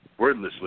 Wordlessly